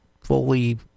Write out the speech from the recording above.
fully